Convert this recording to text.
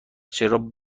چرا